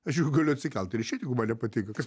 aš juk galiu atsikelt ir išeit jeigu man nepatinka kas